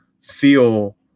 feel